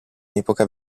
epoca